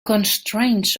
constraints